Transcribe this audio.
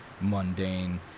mundane